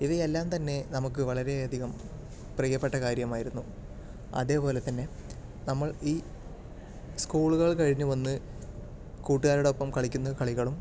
ഇത് എല്ലാം തന്നെ നമുക്ക് വളരെയധികം പ്രിയപ്പെട്ട കാര്യമായിരുന്നു അതേപോലെതന്നെ നമ്മൾ ഈ സ്കൂളുകൾ കഴിഞ്ഞുവന്ന് കൂട്ടുകാരോടൊപ്പം കളിക്കുന്ന കളികളും